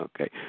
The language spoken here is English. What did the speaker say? okay